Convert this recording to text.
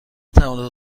توانید